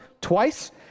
twice